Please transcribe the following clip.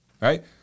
right